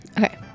okay